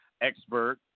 expert